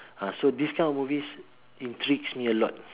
ah so this kind of movies intrigues me a lot